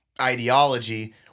ideology